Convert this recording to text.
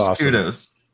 kudos